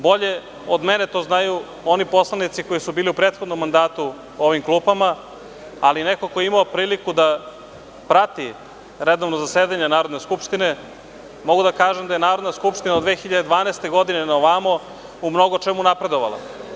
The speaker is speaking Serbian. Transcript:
Bolje od mene to znaju oni poslanici koji su bili u prethodnom mandatu u ovim klupama, ali neko ko je imao priliku da prati redovno zasedanje Narodne skupštine, mogu da kažem da je Narodna skupština od 2012. godine na ovamo u mnogo čemu napredovala.